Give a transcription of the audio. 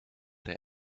der